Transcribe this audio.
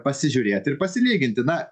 pasižiūrėt ir pasilyginti na